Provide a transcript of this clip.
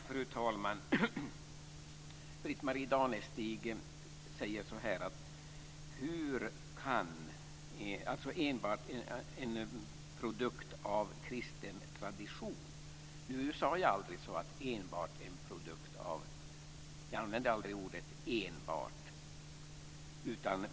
Fru talman! Britt-Marie Danestig talade om enbart en produkt av kristen tradition. Nu sade jag aldrig enbart en produkt av kristen tradition. Jag använde aldrig ordet enbart.